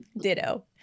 ditto